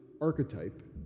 archetype